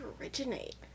originate